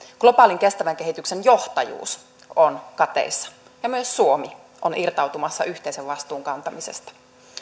globaalin kestävän kehityksen johtajuus on kateissa ja myös suomi on irtautumassa yhteisen vastuun kantamisesta